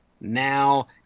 now